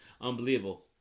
unbelievable